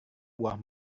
buah